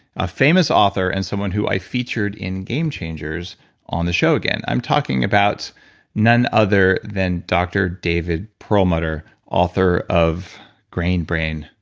a famous author, and someone who i featured in game changers on the show again. i'm talking about none other than dr. david perlmutter, author of grain brain.